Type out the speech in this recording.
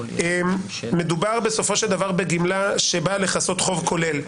מדובר בגמלה שבאה לכסות חוב כולל,